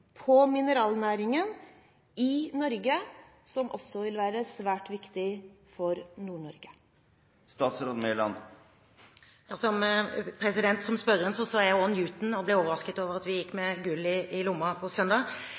på mineralnæringen i Norge, som også vil være svært viktig for Nord-Norge? Som spørreren, så også jeg Newton på søndag og ble overrasket over at vi gikk med gull i lomma. Det er slik at mineralnæringene kan ha fantastiske muligheter. Jeg skal på